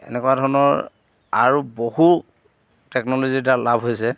এনেকুৱা ধৰণৰ আৰু বহু টেকন'লজিৰ দ্বাৰা লাভ হৈছে